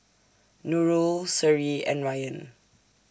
Nurul Seri and Ryan